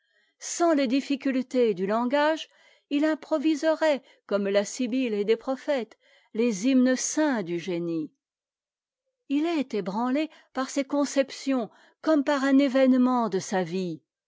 sans les difficultés du langage il improviserait comme la sibylle et les prophètes les hymnes saints du génie il est ébranlé par ses conceptions comme par un événement de sa vie